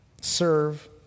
serve